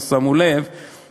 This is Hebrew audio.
לא שמו לב,